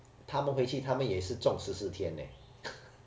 他们回去他们也是中十四天 leh